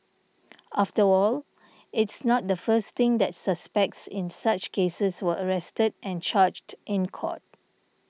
after all it's not the first thing that suspects in such cases were arrested and charged in court